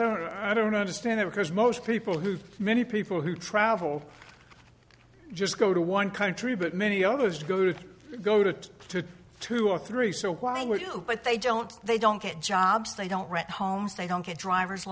don't i don't understand it because most people who many people who travel just go to one country but many others go to go to to two or three so why would you but they don't they don't get jobs they don't rent homes they don't get driver's